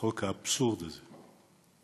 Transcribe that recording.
החוק האבסורדי הזה.